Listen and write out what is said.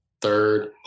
third